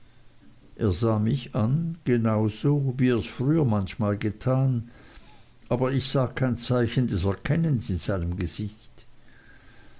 er sah mich an genau so wie ers früher manchmal getan aber ich sah kein zeichen des erkennens in seinem gesicht